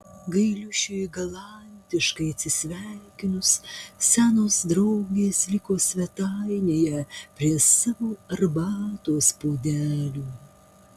gailiušiui galantiškai atsisveikinus senos draugės liko svetainėje prie savo arbatos puodelių